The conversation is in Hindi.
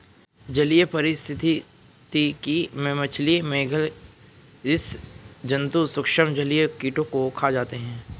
जलीय पारिस्थितिकी में मछली, मेधल स्सि जन्तु सूक्ष्म जलीय कीटों को खा जाते हैं